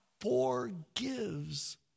forgives